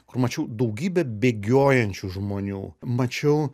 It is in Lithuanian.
kur mačiau daugybę bėgiojančių žmonių mačiau